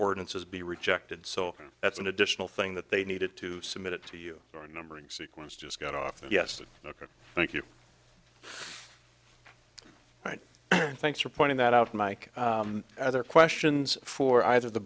ordinances be rejected so that's an additional thing that they needed to submit to you or numbering sequence just got off yes ok thank you right thanks for pointing that out mike other questions for either the